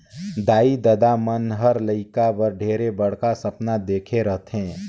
दाई ददा मन हर लेइका बर ढेरे बड़खा सपना देखे रथें